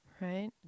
Right